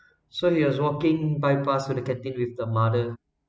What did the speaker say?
so he was walking by pass to the canteen with the mother